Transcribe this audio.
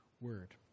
word